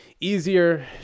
easier